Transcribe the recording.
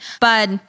But-